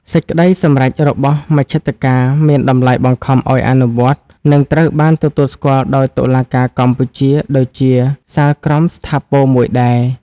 សេចក្តីសម្រេចរបស់មជ្ឈត្តការមានតម្លៃបង្ខំឱ្យអនុវត្ត និងត្រូវបានទទួលស្គាល់ដោយតុលាការកម្ពុជាដូចជាសាលក្រមស្ថាពរមួយដែរ។